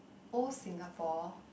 old Singapore